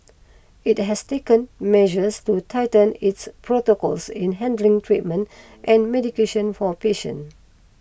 it has taken measures to tighten its protocols in handling treatment and medication for patient